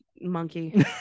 Monkey